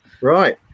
Right